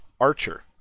archer